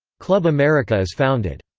club america is founded.